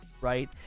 right